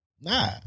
Nah